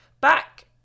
back